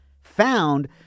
found